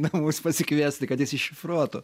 namus pasikviesti kad jis iššifruotų